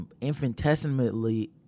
infinitesimally